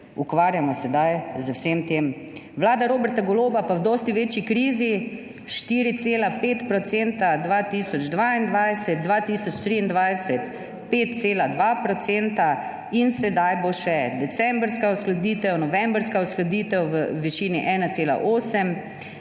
ukvarjamo sedaj z vsem tem. Vlada Roberta Goloba pa v dosti večji krizi 4,5 % 2022, 2023 5,2 % in sedaj bo še decembrska uskladitev, novembrska uskladitev v višini 1,8